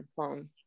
phone